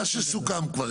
מה שסוכם כבר,